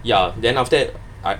ya then after that I